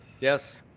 Yes